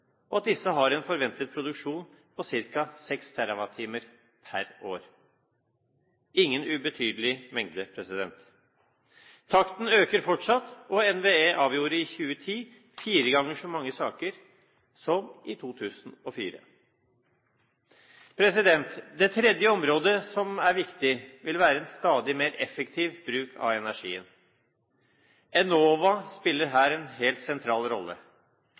og at disse har en forventet produksjon på ca. 6 TWh per år – ingen ubetydelig mengde. Takten øker fortsatt, og NVE avgjorde i 2010 fire ganger så mange saker som i 2004. Det tredje området som er viktig, vil være en stadig mer effektiv bruk av energien. Enova spiller her en helt sentral rolle.